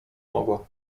mogła